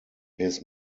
his